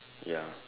ya